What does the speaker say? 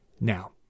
Now